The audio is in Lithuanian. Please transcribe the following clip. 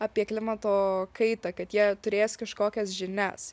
apie klimato kaitą kad jie turės kažkokias žinias